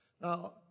Now